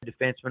defenseman